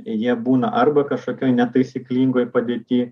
jie būna arba kažkokioj netaisyklingoj padėtyje